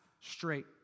straight